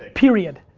period,